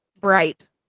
bright